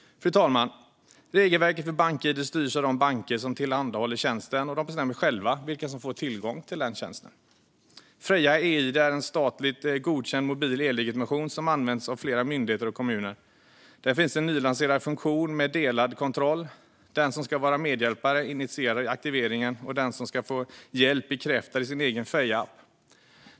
Fru talman! Regelverket för Bank-id styrs av de banker som tillhandahåller tjänsten, och de bestämmer själva vilka som får tillgång till tjänsten. Freja e-id är en statligt godkänd mobil e-legitimation som används av flera myndigheter och kommuner. Där finns en nylanserad funktion med delad kontroll. Den som ska vara medhjälpare initierar aktiveringen, och den som ska få hjälp bekräftar i sin egen Freja-app.